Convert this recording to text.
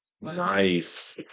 Nice